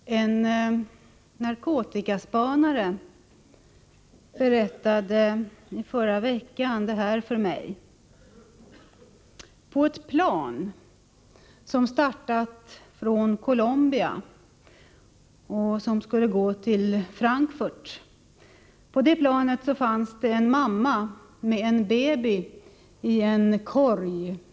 Herr talman! En narkotikaspanare berättade i förra veckan detta för mig. På ett plan som hade startat från Colombia och skulle gå till Frankfurt fanns det en mamma med en baby i en korg.